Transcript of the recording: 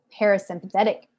parasympathetic